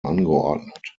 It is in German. angeordnet